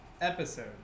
episode